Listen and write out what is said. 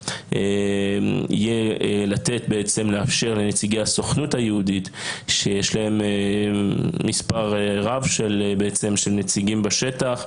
יהיה לאפשר לנציגי הסוכנות היהודית שיש להם מספר רב של נציגים בשטח,